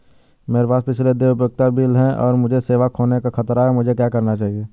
मेरे पास पिछले देय उपयोगिता बिल हैं और मुझे सेवा खोने का खतरा है मुझे क्या करना चाहिए?